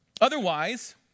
Otherwise